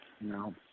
No